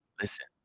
Listen